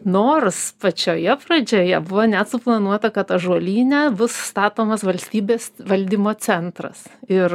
nors pačioje pradžioje buvo net suplanuota kad ąžuolyne bus statomas valstybės valdymo centras ir